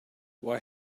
why